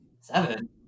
Seven